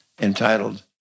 entitled